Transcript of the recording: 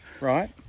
Right